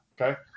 Okay